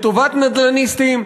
לטובת נדלניסטים,